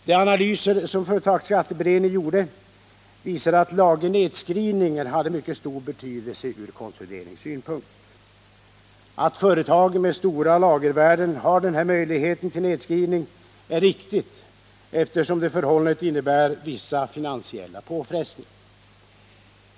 De analyser som företagsskatteberedningen gjorde visade att lagernedskrivningen hade mycket stor betydelse ur konsolideringssynpunkt. Att företag med stora lagervärden har denna möjlighet till nedskrivning är riktigt, eftersom stora lagervärden innebär vissa finansiella påfrestningar.